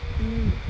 mm